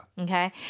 Okay